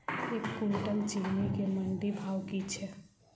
एक कुनटल चीनी केँ मंडी भाउ की छै?